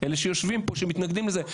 אלה שיושבים פה ומתנגדים לזה.